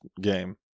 game